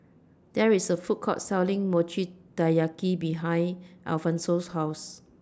There IS A Food Court Selling Mochi Taiyaki behind Alphonso's House